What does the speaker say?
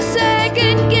second